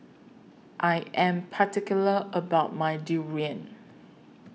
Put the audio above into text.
I Am particular about My Durian